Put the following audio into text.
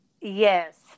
Yes